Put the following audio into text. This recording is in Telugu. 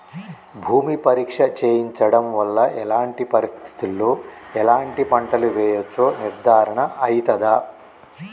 భూమి పరీక్ష చేయించడం వల్ల ఎలాంటి పరిస్థితిలో ఎలాంటి పంటలు వేయచ్చో నిర్ధారణ అయితదా?